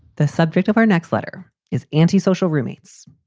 the subject of our next letter is anti-social roommates.